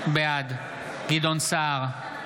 בעד גדעון סער,